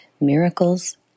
Miracles